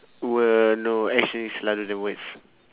what no actions louder than words